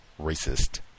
racist